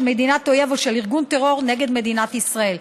מדינת אויב או של ארגון טרור נגד מדינת ישראל,